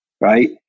right